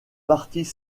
parties